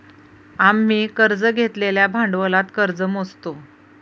आम्ही कर्ज घेतलेल्या भांडवलात कर्ज मोजतो